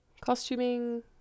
Costuming